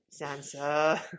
Sansa